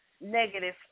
negative